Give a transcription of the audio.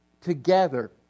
Together